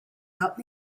out